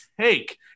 take